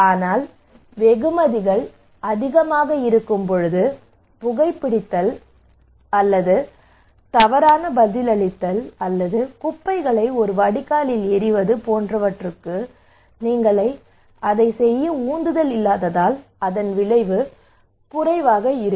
ஆனால் வெகுமதிகள் அதிகமாக இருக்கும்போது புகைபிடித்தல் அல்லது தவறான பதிலளிப்பு அல்லது குப்பைகளை ஒரு வடிகால் எறிவது போன்றவற்றுக்கு நீங்கள் அதைச் செய்ய உந்துதல் இல்லாததால் அதன் விளைவு குறைவாக இருக்கும்